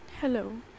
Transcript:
Hello